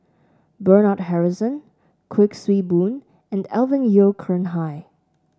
Bernard Harrison Kuik Swee Boon and Alvin Yeo Khirn Hai